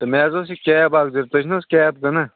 ہے مےٚ حظ اوس یہِ کیب اکھ دِنۍ تُہۍ چھِو نہَ حظ کیب کٕنان